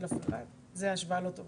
זה השוואה לא טובה.